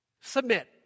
submit